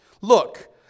look